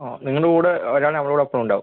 ആ നിങ്ങളുടെ കൂടെ ഒരാൾ ഞങ്ങളോടൊപ്പം ഉണ്ടാവും